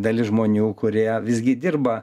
dalis žmonių kurie visgi dirba